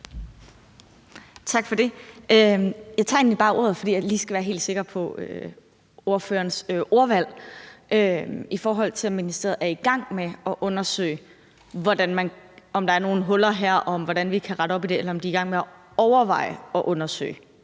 Tak for det. Jeg tager egentlig bare ordet, fordi jeg lige skal være helt sikker på ordførerens ordvalg: Er ministeriet i gang med at undersøge, om der er nogle huller her, og hvordan vi kan rette op på det, eller om er de i gang med at overveje at undersøge